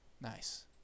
Nice